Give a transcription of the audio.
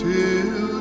Till